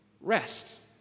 Rest